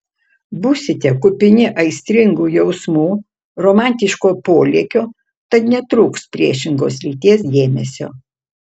būsite kupini aistringų jausmų romantiško polėkio tad netrūks priešingos lyties dėmesio